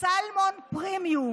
סלמון פרימיום.